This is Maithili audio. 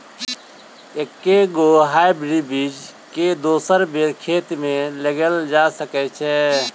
एके गो हाइब्रिड बीज केँ दोसर बेर खेत मे लगैल जा सकय छै?